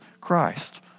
Christ